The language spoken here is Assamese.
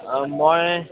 অঁ মই